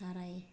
थाराय